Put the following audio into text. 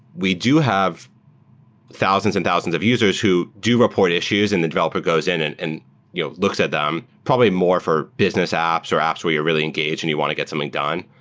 we do have thousands and thousands of users who do report issues and the developer goes in and and you know looks at them probably more for business apps or apps where you really engage and you want to get something done.